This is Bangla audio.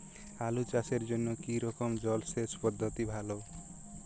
আলু চাষের জন্য কী রকম জলসেচ পদ্ধতি ভালো?